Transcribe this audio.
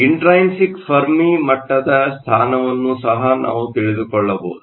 intrinsic Fermi ಮಟ್ಟದ ಸ್ಥಾನವನ್ನು ಸಹ ನಾವು ತಿಳಿದುಕೊಳ್ಳಬಹುದು